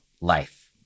Life